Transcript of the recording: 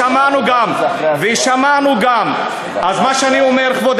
אז מה שאני אומר, כבוד